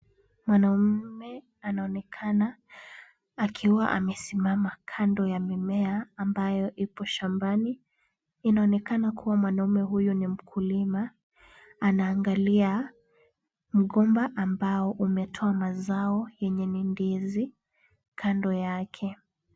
Mwanamme anaonekana akiwa amesimama kando ya mimea ambayo ipo shambani. Inaonekana kuwa mwanaume huyu ni mkulima. Anaangalia mgomba ambao umetoa mazao yenye ni ndizi kando yake.